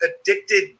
addicted